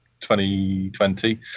2020